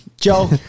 Joe